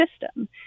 system